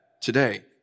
today